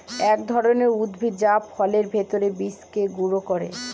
এক ধরনের উদ্ভিদ যা ফলের ভেতর বীজকে গুঁড়া করে